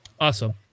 awesome